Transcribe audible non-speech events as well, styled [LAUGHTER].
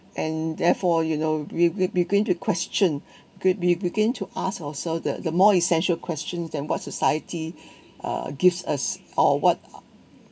and therefore you know we we we going to question [BREATH] could we begin to ask ourselves the the more essential questions than what society [BREATH] uh gives us or what